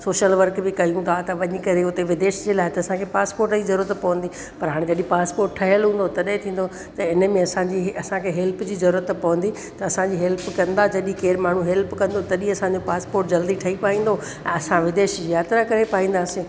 social work बि कयूं था त वञी करे विदेश लाइ त असां खे पास्पोर्ट जी ज़रूरत पवंदी पर हाणे जॾहिं पास्पोर्ट ठहियल हूंदो तॾहिं थींदो त इन में असां जी असां खे हेल्प जी ज़रूरत पवंदी त असां जी हेल्प कंदा जॾहिं केरु माण्हू हेल्प कंदो तॾहिं असां जो पास्पोर्ट जल्दी ठही पाईंदो ऐं असां विदेश जी यात्रा करे पाईंदासीं